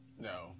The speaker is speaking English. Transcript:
No